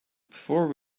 before